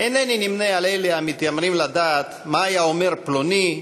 אינני נמנה עם אלה המתיימרים לדעת מה היה אומר פלוני,